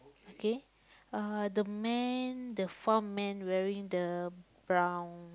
okay uh the man the farm man wearing the brown okay